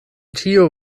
ĉio